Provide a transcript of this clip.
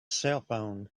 cellphone